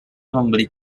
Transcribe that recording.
membeli